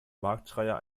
marktschreier